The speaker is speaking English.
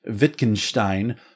Wittgenstein